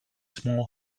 small